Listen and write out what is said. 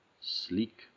sleek